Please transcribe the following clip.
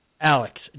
Alex